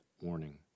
Warning